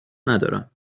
ندارم